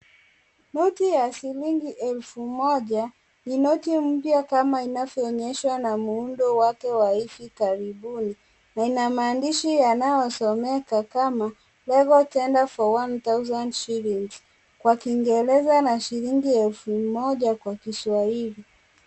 Noti ya shilingi elfu moja ni noti mpya kama inavyoonyeshwa na muundo wake wa hivi karibuni na inamaandishi yanayosomeka kama legal tender for one thousand shillings kwa kingereza na shilingi elfu moja kwa kiswahili.